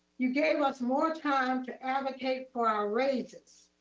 you gave us more time to advocate for our raises.